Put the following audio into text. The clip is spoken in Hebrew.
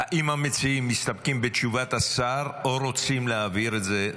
האם המציעים מסתפקים בתשובת השר או רוצים להעביר את זה?